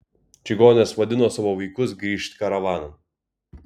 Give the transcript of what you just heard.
čigonės vadino savo vaikus grįžt karavanan